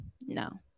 no